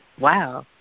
wow